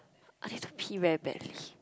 I need to pee very badly